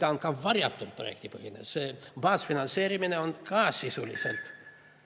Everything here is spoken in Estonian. Ta on ka varjatult projektipõhine, see baasfinantseerimine on ka sisuliselt